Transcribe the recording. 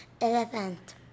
Elephant